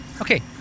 Okay